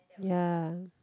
ya